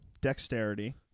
dexterity